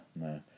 no